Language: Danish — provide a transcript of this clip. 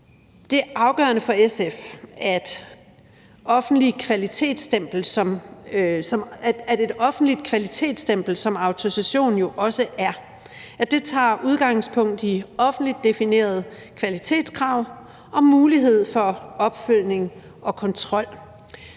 Det er afgørende for SF, at et offentligt kvalitetsstempel, som autorisation jo også er, tager udgangspunkt i offentligt definerede kvalitetskrav, og at der er mulighed for opfølgning og kontrol.